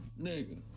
Nigga